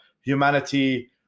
humanity